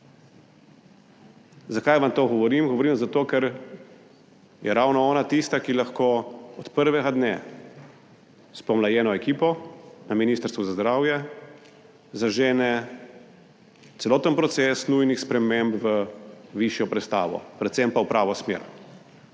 Zakaj vam to govorim. Govorim zato, ker je ravno ona tista, ki lahko od prvega dne s pomlajeno ekipo na Ministrstvu za zdravje zažene celoten proces nujnih sprememb v višjo prestavo, predvsem pa v pravo smer,